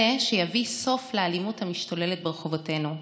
זה שיביא סוף לאלימות המשתוללת ברחובותינו,